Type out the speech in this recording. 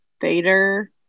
Vader